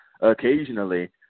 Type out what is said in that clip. occasionally